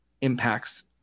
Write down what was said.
impacts